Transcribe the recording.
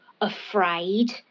afraid